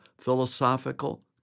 philosophical